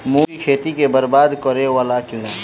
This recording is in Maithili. मूंग की खेती केँ बरबाद करे वला कीड़ा?